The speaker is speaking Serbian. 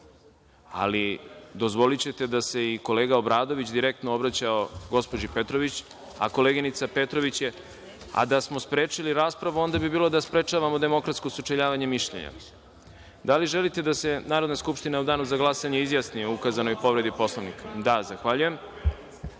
ali dozvolićete da se i kolega Obradović direktno gospođi Petrović. Da smo sprečili raspravu, onda bi bilo da sprečavamo demokratsko sučeljavanje mišljenja. Da li želite da se Narodna skupština u danu za glasanje izjasni o ukazanoj povredi Poslovnika? (Da) Zahvaljujem. Reč